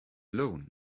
loan